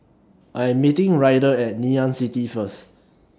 I Am meeting Ryder At Ngee Ann City First